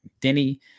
Denny